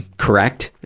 correct?